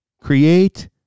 Create